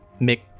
Mick